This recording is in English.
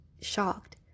shocked